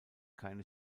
keine